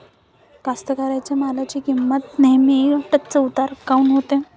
कास्तकाराइच्या मालाची किंमत नेहमी चढ उतार काऊन होते?